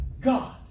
God